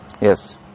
Yes